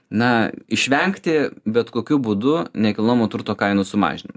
na išvengti bet kokių būdu nekilnojamo turto kainų sumažinimą